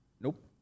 Nope